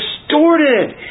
distorted